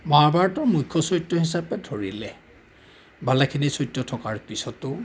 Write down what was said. মহাভাৰতৰ মুখ্য চৰিত্ৰ হিচাপে ধৰিলে ভালেখিনি চৰিত্ৰ থকাৰ পিছতো